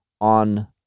on